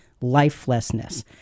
lifelessness